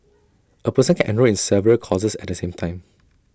A person can enrol in several courses at the same time